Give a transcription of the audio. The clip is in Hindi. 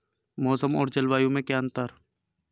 मौसम और जलवायु में क्या अंतर?